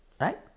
Right